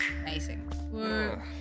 Amazing